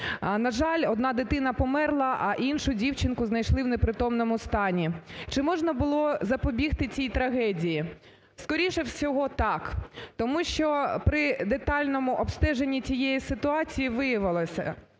На жаль, одна дитина померла, а іншу дівчинку знайшли в непритомному стані. Чи можна було запобігти цій трагедії? Скоріше всього, так. Тому що при детальному обстеженні цієї ситуації виявилося,